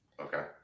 okay